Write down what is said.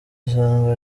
idasanzwe